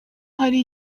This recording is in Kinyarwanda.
hari